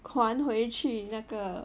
还回去那个